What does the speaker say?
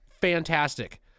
fantastic